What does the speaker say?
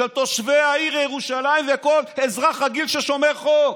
של תושבי העיר ירושלים וכל אזרח רגיל ששומר חוק.